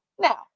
Now